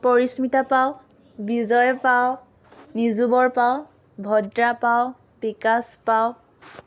পৰিস্মিতা পাউ বিজয় পাউ নিজুবৰ পাউ ভদ্ৰা পাউ বিকাশ পাউ